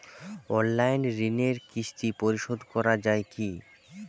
Online ঋণের কিস্তি পরিশোধ করা যায় কি?